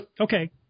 Okay